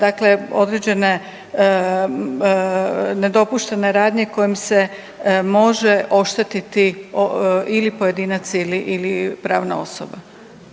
dakle određene nedopuštene radnje kojim se može oštetiti ili pojedinac ili pravna osoba.